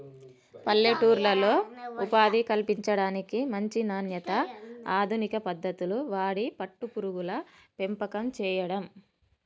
పల్లెటూర్లలో ఉపాధి కల్పించడానికి, మంచి నాణ్యత, అధునిక పద్దతులు వాడి పట్టు పురుగుల పెంపకం చేయడం